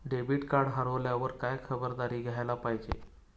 Debit card हरवल्यावर काय खबरदारी घ्यायला पाहिजे?